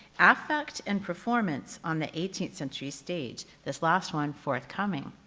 affect and performance on the eighteenth century stage. this last one forthcoming,